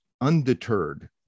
undeterred